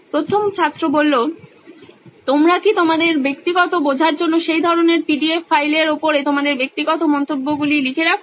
প্রথম ছাত্র তোমরা কি তোমাদের ব্যক্তিগত বোঝার জন্য সেই ধরনের পিডিএফ ফাইলের উপরে তোমাদের ব্যক্তিগত মন্তব্যগুলি লিখে রাখো